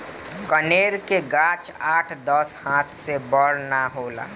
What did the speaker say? कनेर के गाछ आठ दस हाथ से बड़ ना होला